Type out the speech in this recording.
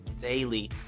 daily